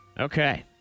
Okay